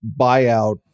buyout